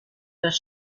das